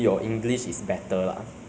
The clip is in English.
your english will be better lah